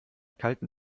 kalten